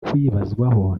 kwibazwaho